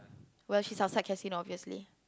well she's outside casino obviously